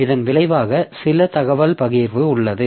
இதன் விளைவாக சில தகவல் பகிர்வு உள்ளது